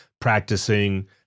practicing